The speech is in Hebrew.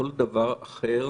כל דבר אחר